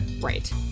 Right